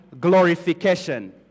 glorification